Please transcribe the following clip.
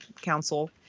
Council